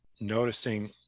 noticing